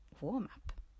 warm-up